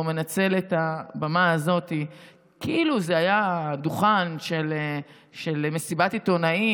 והוא מנצל את הבמה הזאת כאילו זה היה דוכן של מסיבת עיתונאים,